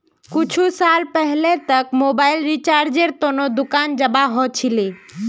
कुछु साल पहले तक मोबाइल रिचार्जेर त न दुकान जाबा ह छिले